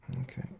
Okay